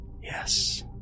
yes